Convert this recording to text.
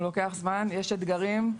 יש אתגרים.